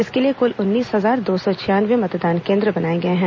इसके लिए कुल उन्नीस हजार दो सौ छयानवे मतदान केन्द्र बनाए गए हैं